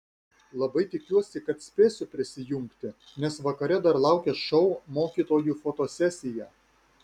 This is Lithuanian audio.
labai tikiuosi kad spėsiu prisijungti nes vakare dar laukia šou mokytojų fotosesija